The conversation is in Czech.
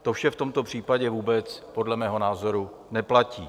To vše v tomto případě vůbec podle mého názoru neplatí.